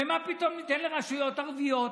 ומה פתאום ניתן לרשויות ערביות,